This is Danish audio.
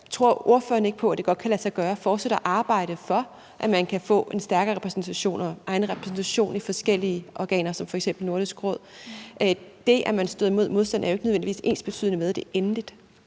Tror ordføreren ikke på, at det godt kan lade sig gøre fortsat at arbejde for, at man kan få en stærkere repræsentation og en egen repræsentation i forskellige organer som f.eks. Nordisk Råd? Det, at man møder modstand, er jo ikke nødvendigvis ensbetydende med, at det er endeligt.